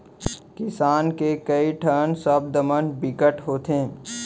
किसान के कइ ठन सब्द मन बिकट होथे